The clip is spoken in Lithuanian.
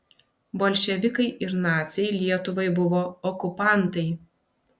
bolševikai ir naciai lietuvai buvo okupantai